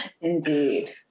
indeed